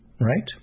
right